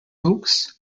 oaks